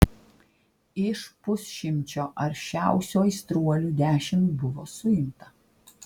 iš pusšimčio aršiausių aistruolių dešimt buvo suimta